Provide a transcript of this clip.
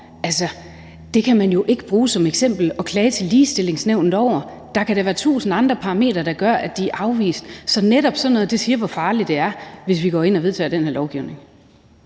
det kan man jo ikke bruge som et eksempel på noget at klage til Ligebehandlingsnævnet over. Der kan da være tusind andre parametre, der gør, at de er afvist. Så netop sådan noget siger, hvor farligt det er, hvis vi vedtager det her lovforslag.